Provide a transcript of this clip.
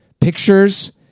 pictures